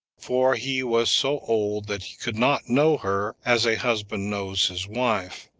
for he was so old that he could not know her as a husband knows his wife.